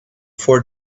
for